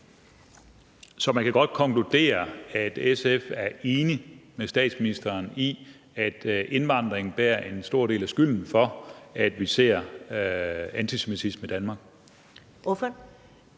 Så man kan godt konkludere, at SF er enig med statsministeren i, at indvandringen bærer en stor del af skylden for, at vi ser antisemitisme i Danmark?